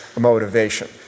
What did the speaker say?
motivation